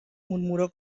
murmuró